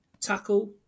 tackle